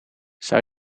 zou